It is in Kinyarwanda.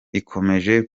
ikomeje